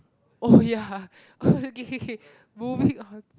oh ya okay okay okay moving on